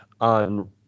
on